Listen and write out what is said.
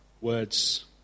Words